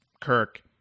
Kirk